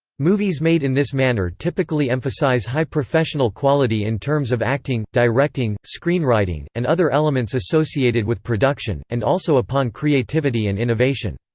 movies made in this manner typically emphasize high professional quality in terms of acting, directing, screenwriting, and other elements associated with production, and also upon creativity and innovation.